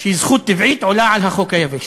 שהיא זכות טבעית, עולה על החוק היבש.